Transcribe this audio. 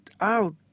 out